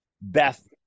Beth